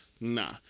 Nah